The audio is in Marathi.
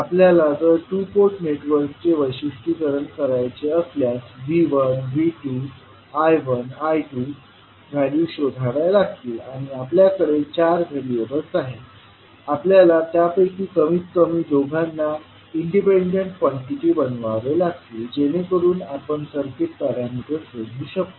आपल्याला जर टू पोर्ट नेटवर्कचे वैशिष्ट्यीकरण करायचे असल्यास V1V2 I1 I2व्हॅल्यूज शोधाव्या लागतील किंवा आपल्याकडे चार व्हेरिएबल्स आहेत आपल्याला त्यापैकी कमीत कमी दोघांना इंडिपेंडेंट कॉन्टिटी बनवावे लागतील जेणेकरून आपण सर्किट पॅरामीटर्स शोधू शकू